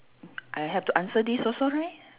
I have to answer this also right